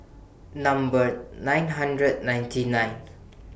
Number nine hundred ninety nine